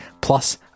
plus